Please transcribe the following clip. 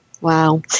Wow